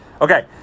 Okay